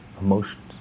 emotions